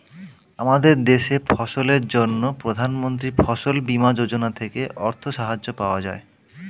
আমাদের দেশে ফসলের জন্য প্রধানমন্ত্রী ফসল বীমা যোজনা থেকে অর্থ সাহায্য পাওয়া যায়